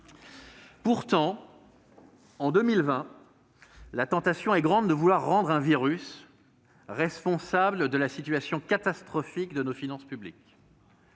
Pourtant, en 2020, la tentation est grande de vouloir rendre un virus responsable de la situation catastrophique de nos finances publiques